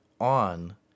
on